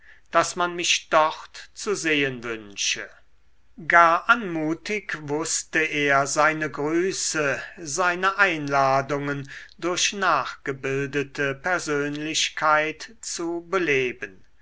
daß man mich dort zu sehen wünsche gar anmutig wußte er seine grüße seine einladungen durch nachgebildete persönlichkeit zu beleben